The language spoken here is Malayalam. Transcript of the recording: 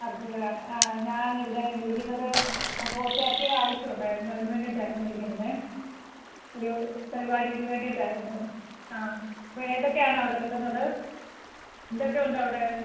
ഇറച്ചിക്കടയാണ് ആ ഞാനിവിടെ വിളിക്കുന്നത് ഞങ്ങൾക്ക് കുറച്ച് ഇറച്ചീടെ ആവശ്യമുണ്ടായിരുന്നു അതിന് വേണ്ടീട്ടായിരുന്നു വിളിക്കുന്നത് ഒരു പരിപാടിക്ക് വേണ്ടീട്ടായിരുന്നു അപ്പം ഏതൊക്കെയാണവിടെ കിട്ടുന്നത് എന്തൊക്കെയുണ്ടവിടെ